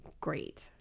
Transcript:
great